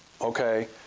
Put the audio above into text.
okay